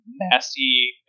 nasty